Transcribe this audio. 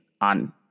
on